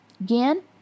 Again